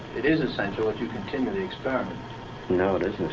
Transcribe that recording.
it is essential that you continue the experiment no, it ah